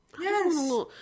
Yes